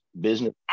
business